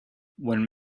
when